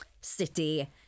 city